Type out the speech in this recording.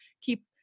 keep